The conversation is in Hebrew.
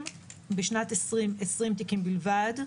20 תיקים בלבד,